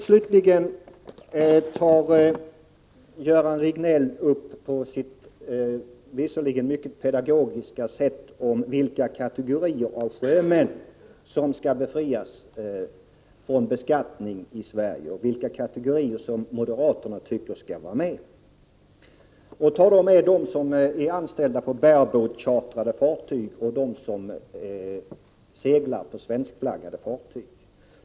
Slutligen aktualiserade Göran Riegnell, på sitt mycket pedagogiska sätt, frågan vilka kategorier av sjömän som skall befrias från beskattning i Sverige och vilka kategorier som moderaterna tycker skall omfattas av denna befrielse. Han tog då med dem som är anställda på bare-boat-chartrade fartyg och dem som seglar på svenskflaggade fartyg.